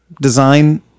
design